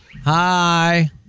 Hi